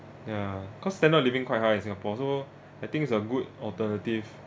ya cause standard living quite high in singapore so I think it's a good alternative